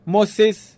Moses